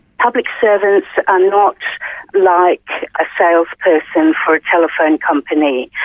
public servants are not like a salesperson for a telephone company.